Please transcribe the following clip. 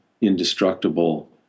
indestructible